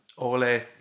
Ole